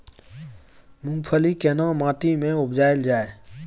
मूंगफली केना माटी में उपजायल जाय?